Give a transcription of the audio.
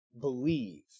believe